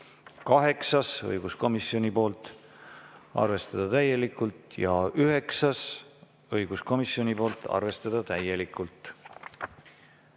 Kaheksas, õiguskomisjonilt, arvestada täielikult. Ja üheksas, õiguskomisjonilt, arvestada täielikult.